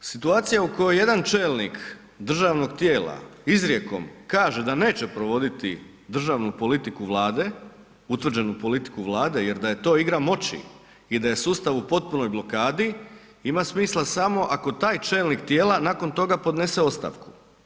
Situacija u kojoj jedan čelnik državnog tijela izrijekom kaže da neće provoditi državnu politiku Vlade, utvrđenu politiku Vlade jer da je to igra moći i da je sustav u potpunoj blokadi, ima smisla samo ako taj čelnik tijela nakon toga podnese ostavku.